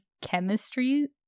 chemistry